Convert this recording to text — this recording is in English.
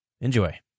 Enjoy